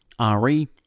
RE